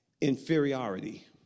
inferiority